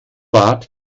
bad